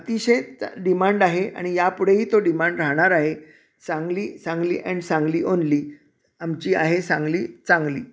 अतिशयच demand आहे आणि यापुढेही तो डिमांड राहणार आहे सांगली सांगली अँड सांगली ओनली आमची आहे सांगली चांगली